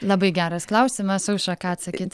labai geras klausimas aušra ką atsakyt